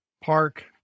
Park